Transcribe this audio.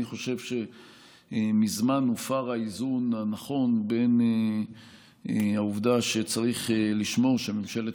אני חושב שמזמן הופר האיזון הנכון בין העובדה שצריך לשמור שממשלת